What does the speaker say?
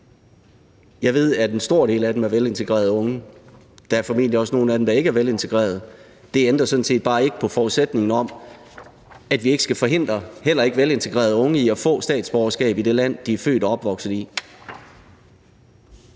Jeg ved, at en stor del af dem er velintegrerede unge. Der er formentlig også nogle af dem, der ikke er velintegrerede, men det ændrer sådan set bare ikke på forudsætningen om, at vi heller ikke skal forhindre ikke velintegrerede unge i at få statsborgerskab i det land, de er født og opvokset i.